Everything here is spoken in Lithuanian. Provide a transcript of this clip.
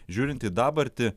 žiūrint į dabartį